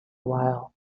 while